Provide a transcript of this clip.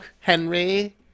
Henry